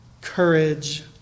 courage